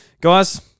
guys